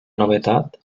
novetat